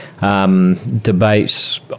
Debates